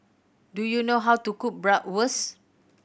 do you know how to cook Bratwurst